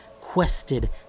quested